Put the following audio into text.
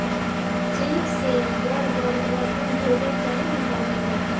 check से बड़ बड़ रकम भेजल चाहे निकालल जाला